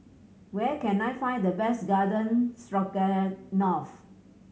where can I find the best Garden Stroganoff